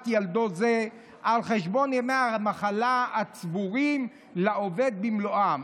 ילדו זה על חשבון ימי המחלה הצבורים לעובד במלואם,